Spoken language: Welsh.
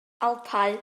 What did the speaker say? alpau